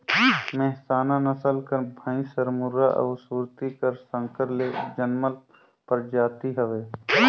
मेहसाना नसल कर भंइस हर मुर्रा अउ सुरती का संकर ले जनमल परजाति हवे